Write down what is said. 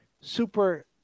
super